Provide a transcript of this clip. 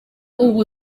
ubu